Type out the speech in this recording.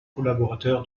collaborateur